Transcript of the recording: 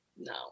No